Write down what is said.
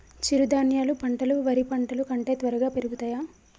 చిరుధాన్యాలు పంటలు వరి పంటలు కంటే త్వరగా పెరుగుతయా?